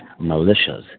militias